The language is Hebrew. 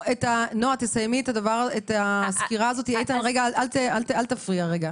נועה, תסיימי את הסקירה, איתן אל תפריע רגע.